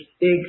big